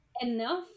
enough